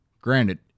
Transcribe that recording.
Granted